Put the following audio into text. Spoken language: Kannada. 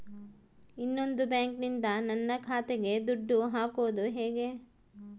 ಇನ್ನೊಂದು ಬ್ಯಾಂಕಿನಿಂದ ನನ್ನ ಖಾತೆಗೆ ದುಡ್ಡು ಹಾಕೋದು ಹೇಗೆ?